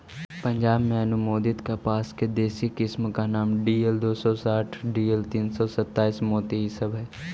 पंजाब में अनुमोदित कपास के देशी किस्म का नाम डी.एल दो सौ साठ डी.एल तीन सौ सत्ताईस, मोती इ सब हई